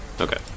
Okay